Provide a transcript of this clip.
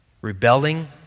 rebelling